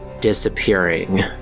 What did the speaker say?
disappearing